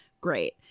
Great